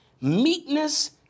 meekness